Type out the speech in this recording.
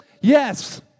Yes